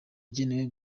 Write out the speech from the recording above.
igenewe